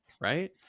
right